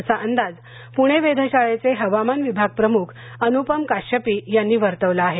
असा अंदाज पूणे वेधशाळेचे हवामानविभाग प्रमुख अनुपम काश्यपि यांनी वर्तवला आहे